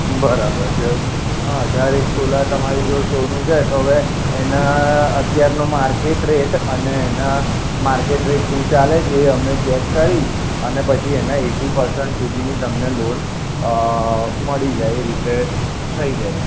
બરાબર છે અઢારેક તોલા તમારી જોડે સોનું છે તો અવે એના અત્યારનું માર્કેટ રેટ અને એના માર્કેટ રેટ શું ચાલે છે એ અમે ચેક કરી અને પછી એના એટી પરસન્ટ સુધીની તમને લોન મળી જાય એ રીતે થઈ જાય